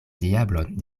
diablon